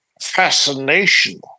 fascination